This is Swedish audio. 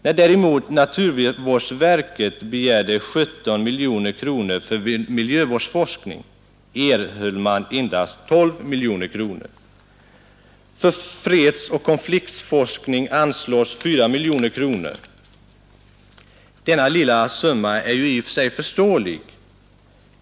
När däremot naturvårdsverket begärde 17 miljoner kronor för miljövårdsforskning erhöll man endast 12 miljoner kronor. För fredsoch konfliktforskning anslås 4 miljoner kronor. Denna lilla summa är i och för sig förståelig.